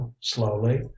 slowly